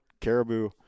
caribou